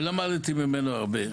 ולמדתי ממנו הרבה.